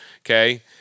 okay